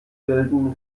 bilden